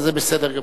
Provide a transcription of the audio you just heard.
אז זה בסדר גמור.